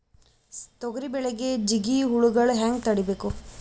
ತೊಗರಿ ಬೆಳೆಗೆ ಜಿಗಿ ಹುಳುಗಳು ಹ್ಯಾಂಗ್ ತಡೀಬೇಕು?